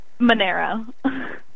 Monero